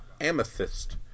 Amethyst